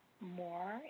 more